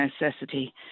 necessity